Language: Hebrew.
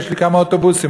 יש לי כמה אוטובוסים,